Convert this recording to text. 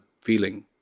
feeling